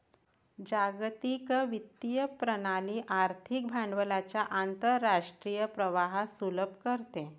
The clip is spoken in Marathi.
जागतिक वित्तीय प्रणाली आर्थिक भांडवलाच्या आंतरराष्ट्रीय प्रवाहास सुलभ करते